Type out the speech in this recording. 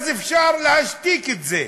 אז אפשר להשתיק את זה.